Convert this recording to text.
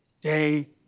day